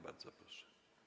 Bardzo proszę.